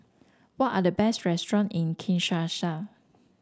what are the best restaurant in Kinshasa